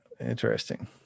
interesting